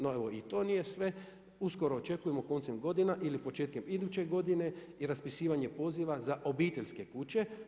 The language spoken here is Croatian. No evo, i to nije sve, uskoro očekujemo koncem godina ili početkom iduće godine i raspisivanje poziva za obiteljske kuće.